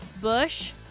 Bush